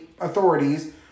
authorities